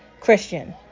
Christian